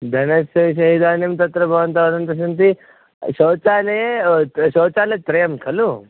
धनस्य विषये इदानीं तत्र भवन्तः वदन्तः सन्ति शौचालये शौचालयाः त्रयः खलु